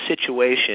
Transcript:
situation